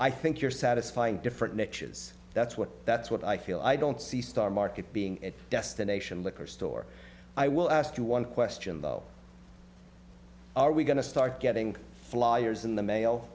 i think you're satisfying different niches that's what that's what i feel i don't see star market being a destination liquor store i will ask you one question though are we going to start getting flyers in the mail